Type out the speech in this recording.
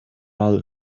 all